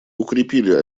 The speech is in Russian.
укрепили